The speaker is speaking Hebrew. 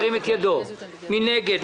מי נגד?